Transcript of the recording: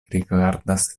rigardas